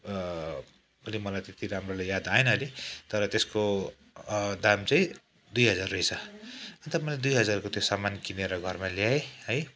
अहिले पनि मलाई त्यति राम्ररी याद आएन अहिले तर त्यसको दाम चाहिँ दुई हजार रहेछ अन्त मैले दुई हजारको त्यो सामान किनेर घरमा ल्याएँ है